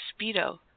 speedo